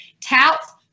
touts